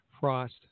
frost